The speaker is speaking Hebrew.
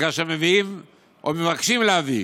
וכאשר מבקשים להביא